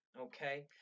okay